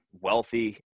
wealthy